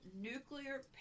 nuclear